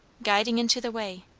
guiding into the way,